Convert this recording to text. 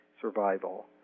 survival